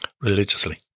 religiously